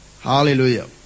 hallelujah